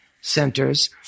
centers